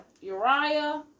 Uriah